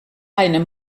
einem